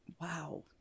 wow